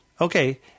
Okay